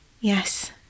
Yes